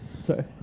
Sorry